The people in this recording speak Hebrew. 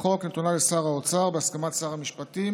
לחוק נתונה לשר האוצר בהסכמת שר המשפטים